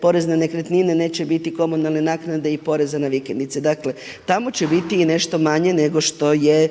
porez na nekretnine, neće biti komunalne naknade i poreza na vikendice. Dakle, tamo će biti i nešto manje nego što je.